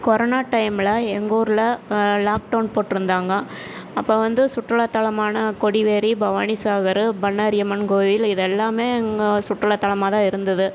corona டைம்மில எங்கூரில் lockdown போட்டுருந்தாங்க அப்போ வந்து சுற்றுலாத்தலமான கொடிவேரி பவானிசாகர் பண்ணாரியம்மன் கோயில் இது எல்லாமே இங்கே சுற்றுலாத்தலமாகதான் இருந்தது